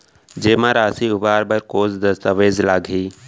जेमा राशि उबार बर कोस दस्तावेज़ लागही?